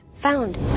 found